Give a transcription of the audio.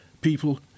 people